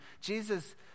Jesus